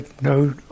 no